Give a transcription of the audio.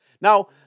Now